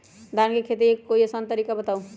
धान के खेती के कोई आसान तरिका बताउ?